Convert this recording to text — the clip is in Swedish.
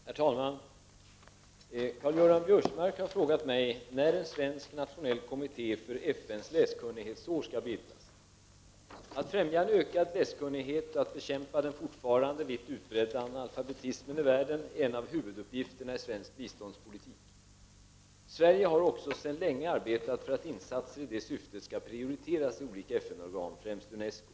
Herr talman! Karl-Göran Biörsmark har frågat mig när en svensk nationell kommitté för FN:s läskunnighetsår skall bildas. Att främja en ökad läskunnighet och att bekämpa den fortfarande vitt utbredda analfabetismen i världen är en av huvuduppgifterna i svensk biståndspolitik. Sverige har också sedan länge arbetat för att insatser i detta syfte skall prioriteras i olika FN-organ, främst Unesco.